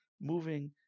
moving